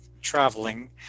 traveling